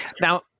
Now